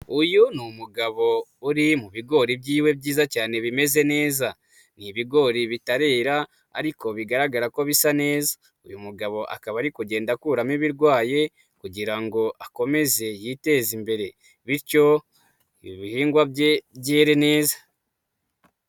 Uyu ni umugabo uri mu bigori by'iwe byiza cyane bimeze neza, ni ibigori bitarera ariko bigaragara ko bisa neza, uyu mugabo akaba ari kugenda akuramo ibirwaye kugirango akomeze yiteze imbere, bityo ibihingwa bye byere neza.